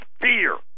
fear